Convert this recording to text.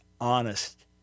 honest